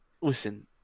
Listen